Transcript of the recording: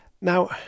Now